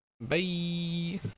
Bye